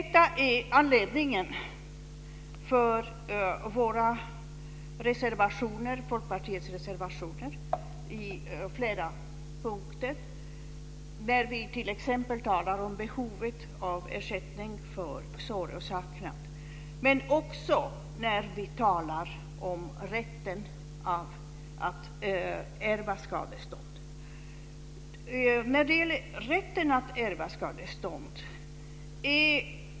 Detta är anledningen till Folkpartiets reservationer på flera punkter. Vi talar t.ex. om behovet av ersättning vid sorg och saknad. Vi talar också om rätten att ärva skadestånd.